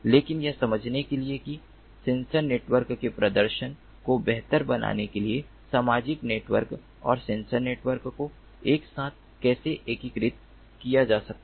लेकिन यह समझने के लिए कि सेंसर नेटवर्क के प्रदर्शन को बेहतर बनाने के लिए सामाजिक नेटवर्क और सेंसर नेटवर्क को एक साथ कैसे एकीकृत किया जा सकता है